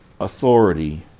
authority